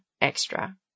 extra